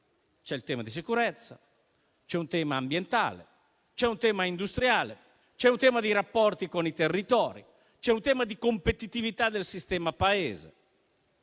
C'è un tema di sicurezza; c'è un tema ambientale; c'è un tema industriale; c'è un tema di rapporti con i territori; c'è un tema di competitività del sistema Paese.